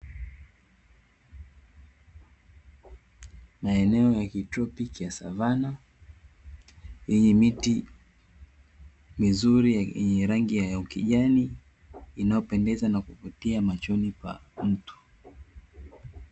Maeneo ya kitropiki ya savana yenye miti mizuri yenye rangi ya ukijani inayopendeza na kuvutia machoni pa mtu.